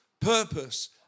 purpose